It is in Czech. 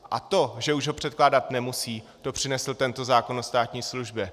A to, že už ho předkládat nemusí, to přinesl tento zákon o státní službě.